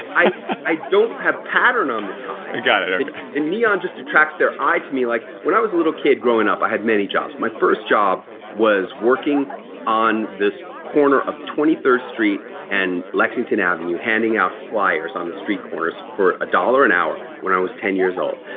i i don't have pattern on the tie. and the neon just attracts their eye to me. like when i was a little kid growing up i had many jobs. my first job was working on this corner of twenty third street and lexington avenue handing out flyers on the street corners for a dollar an hour when i was ten years old.